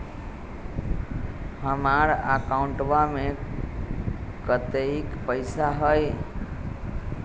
हमार अकाउंटवा में कतेइक पैसा हई?